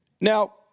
now